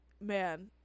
man